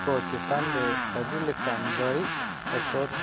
ᱠᱚ ᱪᱮᱛᱟᱱᱨᱮ ᱟᱹᱰᱤ ᱞᱮᱠᱟᱱ ᱵᱟᱹᱲᱤᱡ ᱚᱨᱥᱚᱝ